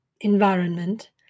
environment